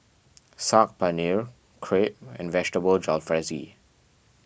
Saag Paneer Crepe and Vegetable Jalfrezi